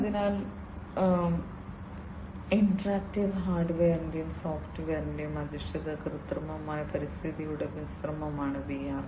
അതിനാൽ ഇന്ററാക്ടീവ് ഹാർഡ്വെയറിന്റെയും സോഫ്റ്റ്വെയർ അധിഷ്ഠിത കൃത്രിമ പരിതസ്ഥിതിയുടെയും മിശ്രിതമാണ് VR